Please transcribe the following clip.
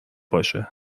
باشه